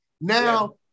Now